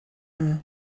hnga